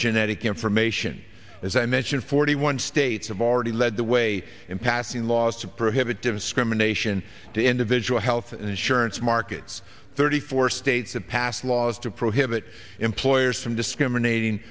genetic information as i mentioned forty one states of already led the way in passing laws to prohibit discrimination to individual health insurance markets thirty four states that pass laws to prohibit employers from discriminating